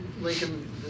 Lincoln